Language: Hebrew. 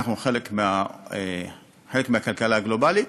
אנחנו חלק מהכלכלה הגלובלית,